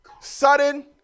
sudden